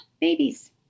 babies